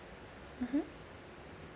mmhmm